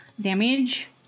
damage